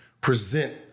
present